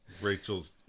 Rachel's